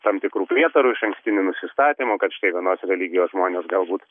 tam tikrų prietarų išankstinių nusistatymų kad štai vienos religijos žmonės galbūt